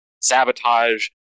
sabotage